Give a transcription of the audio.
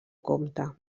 compte